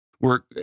work